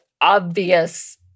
obvious